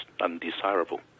undesirable